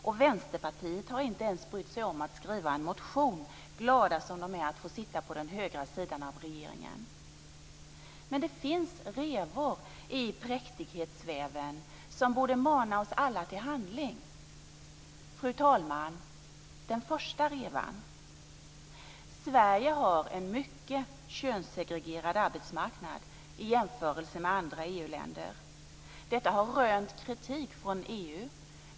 Och Vänsterpartiet har inte ens brytt sig om att skriva en motion, glad som man är över att få sitta på den högra sidan av regeringen. Men det finns revor i präktighetsväven som borde mana oss alla till handling. Fru talman! Den första revan: Sverige har en mycket könssegregerad arbetsmarknad i jämförelse med andra EU-länder. Detta har rönt kritik från EU.